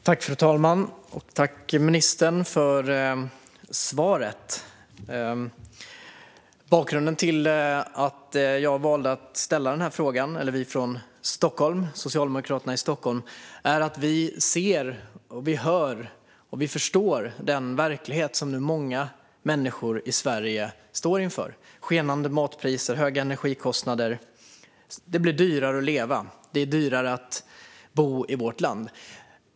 Fru talman! Tack, ministern, för svaret! Bakgrunden till att jag och Socialdemokraterna i Stockholm har valt att ställa denna fråga är att vi ser, hör och förstår den verklighet som många människor i Sverige nu står inför. Det är skenande matpriser och höga energikostnader, och det blir dyrare att leva och bo i vårt land.